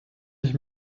ich